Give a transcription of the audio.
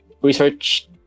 research